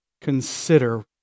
consider